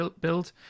build